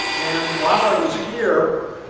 and while i was here,